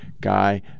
Guy